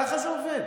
ככה זה עובד.